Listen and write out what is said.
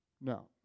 No